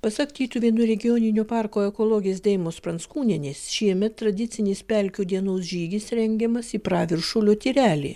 pasak tytuvėnų regioninio parko ekologės deimos pranckūnienės šiemet tradicinis pelkių dienos žygis rengiamas į praviršulio tyrelį